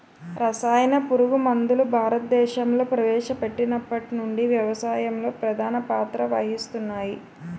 రసాయన పురుగుమందులు భారతదేశంలో ప్రవేశపెట్టినప్పటి నుండి వ్యవసాయంలో ప్రధాన పాత్ర వహిస్తున్నాయి